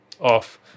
off